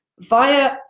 via